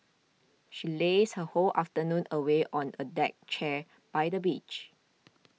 she lazed her whole afternoon away on a deck chair by the beach